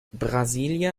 brasília